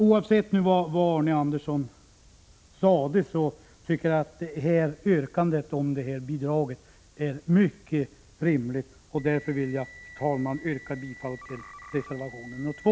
Oavsett vad Arne Andersson sade, tycker jag att yrkandet om detta bidrag är mycket rimligt, och därför vill jag yrka bifall till reservation 2.